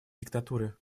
диктатуры